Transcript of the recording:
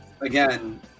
again